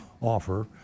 offer